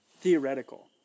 Theoretical